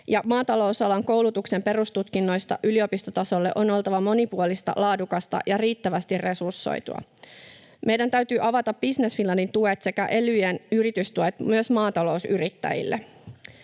Maatalousalan koulutuksen perustutkinnoista yliopistotasolle on oltava monipuolista, laadukasta ja riittävästi resursoitua. Meidän täytyy avata Business Finlandin tuet sekä elyjen yritystuet myös maatalousyrittäjille.